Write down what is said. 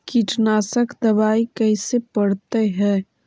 कीटनाशक दबाइ कैसे पड़तै है?